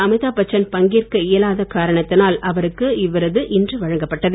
அமிதாப் பச்சன் பங்கேற்க இயலாத காரணத்தினால் அவருக்கு இவ்விருது இன்று வழங்கப்பட்டது